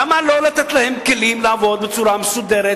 למה לא לתת להם כלים לעבוד בצורה מסודרת,